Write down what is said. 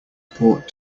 port